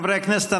חברי הכנסת,